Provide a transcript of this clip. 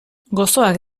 gozoak